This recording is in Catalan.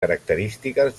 característiques